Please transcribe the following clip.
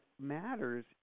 matters